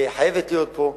חייבות להיות פה,